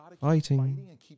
Fighting